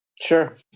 Sure